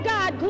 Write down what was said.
God